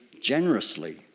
generously